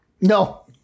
No